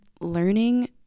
learning